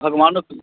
भगवानक